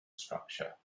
structure